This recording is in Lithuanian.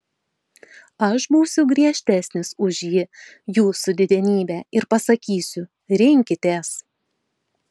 aš būsiu griežtesnis už ji jūsų didenybe ir pasakysiu rinkitės